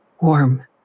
Warm